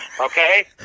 Okay